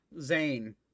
Zane